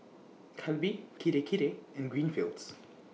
Calbee Kirei Kirei and Greenfields